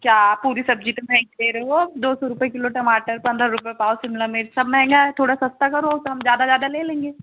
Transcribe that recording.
क्या पूरी सब्जी तो महँगी दे रहे हो दो सौ रुपए किलो टमाटर पंद्रह रूपए पाव शिमला मिर्च सब महँगा है थोड़ा सस्ता करो कम ज़्यादा ज़्यादा ले लेंगे